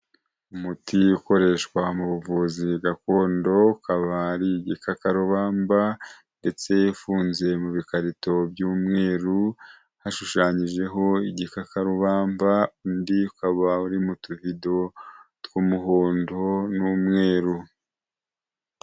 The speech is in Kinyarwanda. Umuti ukoreshwa mu buvuzi gakondo, ukaba ari igikakarubamba ndetse ufunze mu bikarito by'umweru, hashushanyijeho igikakarubamba, undi ukaba uri mu tuvido tw'umuhondo n'umweru.